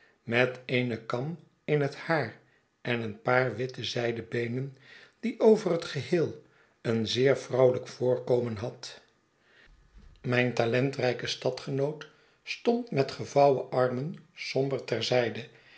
met eene kam in net haar en een paar witte zijden beenen die over hetgeheel een zeer vrouwel'yk voorkomen had mijn talentrijke stadgenoot stond met gevouwen armen somber